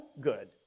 good